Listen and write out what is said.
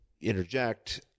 interject